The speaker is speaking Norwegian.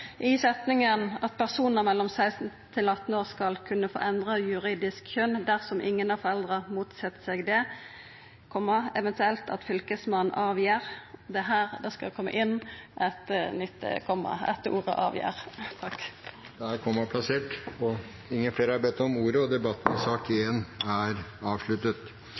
i setninga «at personer mellom 16 og 18 år skal kunne få endra juridisk kjønn dersom ingen av foreldra motset seg det, eventuelt at Fylkesmannen avgjer »– det er her det skal koma inn eit nytt komma, etter ordet «avgjer». Da er kommaet plassert. Flere har ikke bedt om ordet til sak nr. 1. Etter ønske fra helse- og